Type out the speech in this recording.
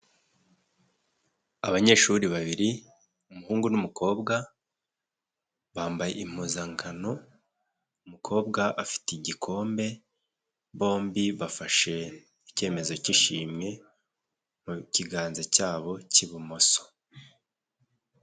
Abanyeshuri babiri umuhungu n'umukobwa bambaye impuzankano, umukobwa afite igikombe, bombi bafashe icyemezo cy'ishimwe mu kiganza cyabo cy'ibumoso.